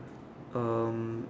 um